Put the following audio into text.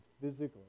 physically